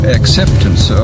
acceptance